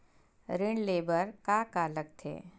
ऋण ले बर का का लगथे?